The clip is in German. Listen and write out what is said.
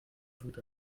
wird